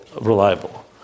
reliable